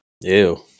Ew